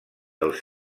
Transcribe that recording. els